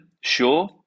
sure